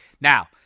now